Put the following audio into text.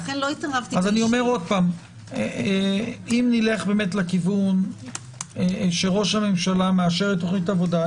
שוב - אם נלך לכיוון שראש הממשלה מאשר את תוכנית העבודה,